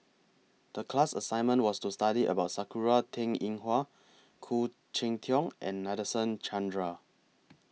The class assignment was to study about Sakura Teng Ying Hua Khoo Cheng Tiong and Nadasen Chandra